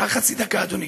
עוד חצי דקה, אדוני.